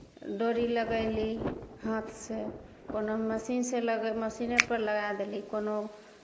डोरी लगयली हाथसँ कोनोमे मशीनसँ लगे मशीनेपर लगाए देली कोनो